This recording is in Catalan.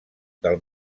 del